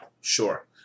sure